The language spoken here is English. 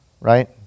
Right